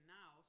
now